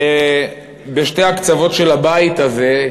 בשני הקצוות של הבית הזה,